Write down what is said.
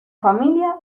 familia